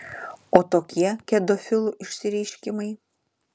o tokie kedofilų išsireiškimai